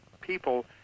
people